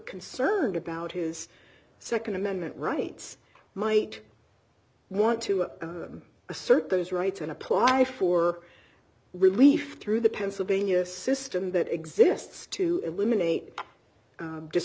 concerned about his nd amendment rights might want to assert those rights and apply for relief through the pennsylvania system that exists to eliminate